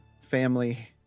family